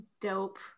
dope